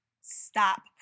stop